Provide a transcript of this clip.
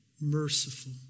merciful